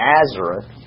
Nazareth